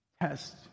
test